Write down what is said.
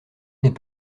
n’est